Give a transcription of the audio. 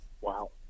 Wow